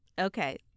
Okay